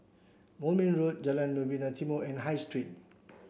Moulmein Road Jalan Novena Timor and High Street